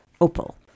OPAL